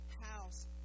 house